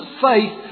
faith